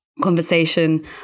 conversation